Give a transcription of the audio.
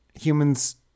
Humans